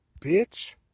bitch